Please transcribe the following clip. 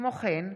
כמו כן,